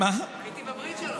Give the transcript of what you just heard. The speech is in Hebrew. הייתי בברית שלו.